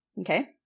Okay